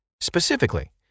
Specifically